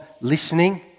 listening